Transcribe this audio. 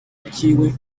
vyiwe